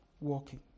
Walking